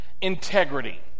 Integrity